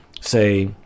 say